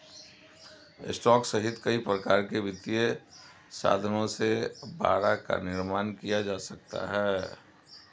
stock सहित कई प्रकार के वित्तीय साधनों से बाड़ा का निर्माण किया जा सकता है